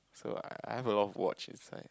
so I I have a lot of watch inside